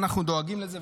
אנחנו דואגים לזה,